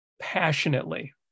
passionately